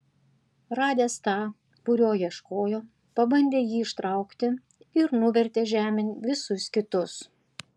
radęs tą kurio ieškojo pabandė jį ištraukti ir nuvertė žemėn visus kitus